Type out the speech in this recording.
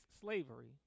slavery